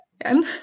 again